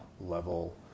level